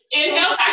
Inhale